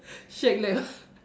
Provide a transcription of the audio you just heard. shake leg ah